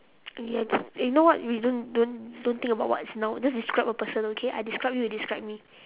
okay I just you know what we don't don't don't think about what is noun just describe a person okay I describe you you describe me